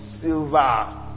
silver